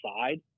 side